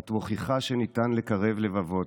את מוכיחה שניתן לקרב לבבות,